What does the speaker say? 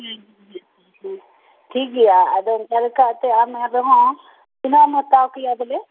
ᱴᱷᱤᱠ ᱜᱮᱭᱟ ᱟᱫᱚ ᱚᱱᱠᱟ ᱞᱮᱠᱷᱟᱱ ᱮᱱᱛᱮ ᱚᱱᱟ ᱫᱚᱦᱟᱜ ᱟᱫᱚ ᱛᱤᱱᱟᱹᱜ ᱮᱢ ᱦᱟᱛᱟᱣᱟ ᱠᱮᱭᱟ ᱵᱚᱞᱮ